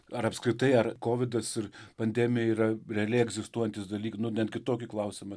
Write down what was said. ar apskritai ar kovidas ir pandemija yra realiai egzistuojantys dalykai nu netgi kitokį klausimą